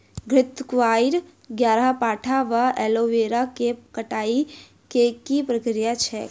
घृतक्वाइर, ग्यारपाठा वा एलोवेरा केँ कटाई केँ की प्रक्रिया छैक?